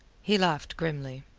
he laughed grimly.